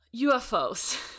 UFOs